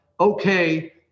Okay